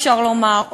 אפשר לומר,